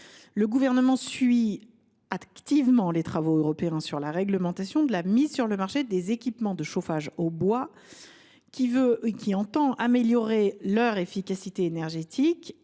Le Gouvernement suit activement les travaux européens sur la réglementation relative à la mise sur le marché des équipements de chauffage au bois, qui vise à améliorer leur efficacité énergétique